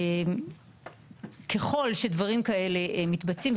ככל שדברים כאלה מתבצעים,